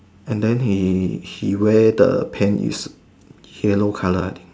and then he wear the pant yellow colour I think